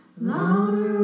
louder